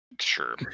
Sure